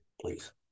please